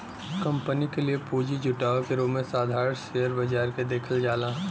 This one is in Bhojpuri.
कंपनी के लिए पूंजी जुटावे के रूप में साधारण शेयर बाजार के देखल जाला